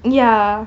ya